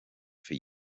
for